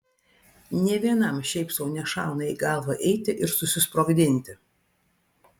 nė vienam šiaip sau nešauna į galvą eiti ir susisprogdinti